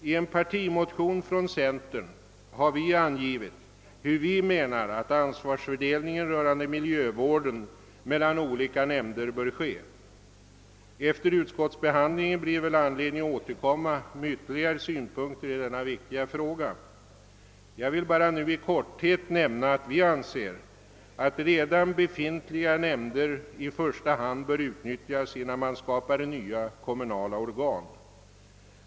I en partimotion från centern har vi angivit hur vi menar att ansvarsfördelningen mellan olika nämnder bör ske när det gäller miljövården. Efter utskottsbehandlingen av motionen torde det bli anledning att återkomma med ytterligare synpunkter på denna viktiga fråga. Jag vill nu bara i korthet nämna att vi anser att redan befintliga nämnder i första hand bör utnyttjas, innan nya kommunala organ skapas.